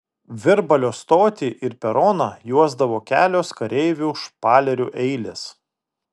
virbalio stotį ir peroną juosdavo kelios kareivių špalerių eilės